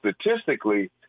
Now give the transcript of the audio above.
statistically